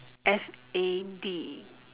F A D